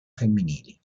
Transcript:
femminili